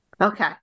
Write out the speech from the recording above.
Okay